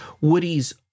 Woody's